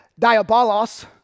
diabolos